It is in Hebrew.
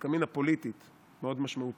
נפקא מינה פוליטית מאוד משמעותית,